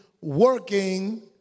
working